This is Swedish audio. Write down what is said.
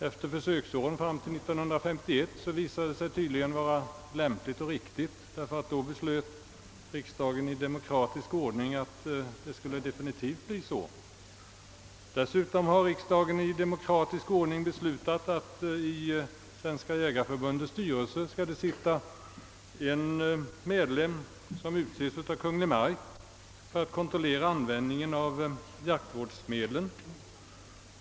Under försöksåren fram till år 1951 visade detta sig tydligen vara lämpligt och riktigt, ty därefter beslöt riksdagen i demokratisk ordning att denna organisation skulle bli definitiv. Dessutom har riksdagen i demokratisk ordning beslutat att det i Svenska jägareförbundets styrelse skall sitta en medlem som utses av Kungl. Maj:t för att kontrollera användningen av jaktvårdsmedlen.